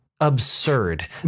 absurd